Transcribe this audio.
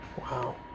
Wow